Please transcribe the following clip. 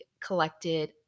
collected